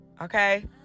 Okay